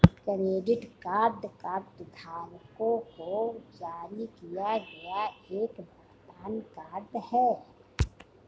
credit card कार्डधारकों को जारी किया गया एक भुगतान कार्ड है